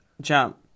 jump